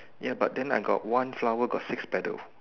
ya but then I got one flower got six petal